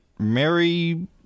Mary